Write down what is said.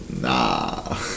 Nah